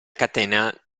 catena